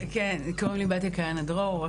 אני לא אעיר,